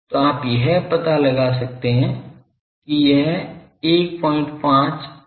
तो आप यह पता लगा सकते हैं कि यह 15 by 025 है